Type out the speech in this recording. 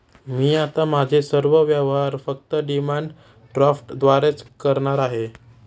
मी आता माझे सर्व व्यवहार फक्त डिमांड ड्राफ्टद्वारेच करणार आहे